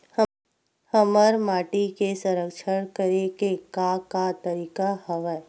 हमर माटी के संरक्षण करेके का का तरीका हवय?